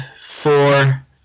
four